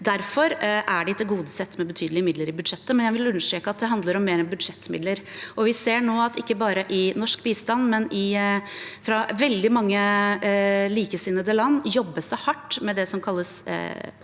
Derfor er de tilgodesett med betydelige midler i budsjettet. Jeg vil understreke at det handler om mer enn budsjettmidler. Vi ser nå at ikke bare i norsk bistand, men i bistand fra veldig mange likesinnede land, jobbes det hardt med det som kalles